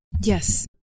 Yes